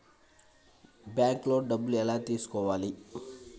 బ్యాంక్లో డబ్బులు ఎలా తీసుకోవాలి?